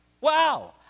Wow